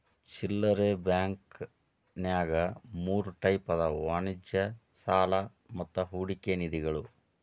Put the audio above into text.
ಚಿಲ್ಲರೆ ಬಾಂಕಂನ್ಯಾಗ ಮೂರ್ ಟೈಪ್ ಅದಾವ ವಾಣಿಜ್ಯ ಸಾಲಾ ಮತ್ತ ಹೂಡಿಕೆ ನಿಧಿಗಳು